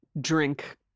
drink